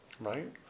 Right